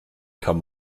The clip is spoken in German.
kann